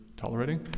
tolerating